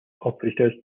operators